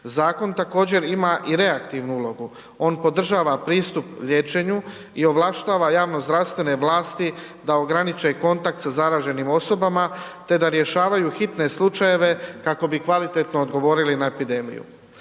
Zakon također ima i reaktivnu ulogu, on podržava pristup liječenju i ovlaštava javnozdravstvene vlasti da ograniče kontakt sa zaraženim osobama te da rješavaju hitne slučajeve kako bi kvalitetno odgovorili na epidemiju.